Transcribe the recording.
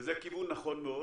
וזה כיוון נכון מאוד,